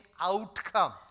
outcome